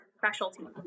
specialty